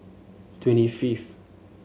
twenty fifth